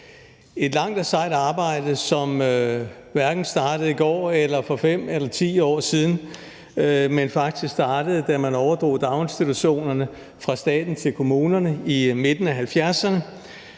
Et langt og sejt arbejde, som hverken startede i går eller for fem eller ti år siden, men faktisk startede, da man overdrog daginstitutionerne fra staten til kommunerne i midten af 1970’erne.